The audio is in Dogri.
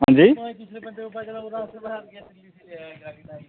अंजी